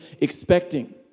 expecting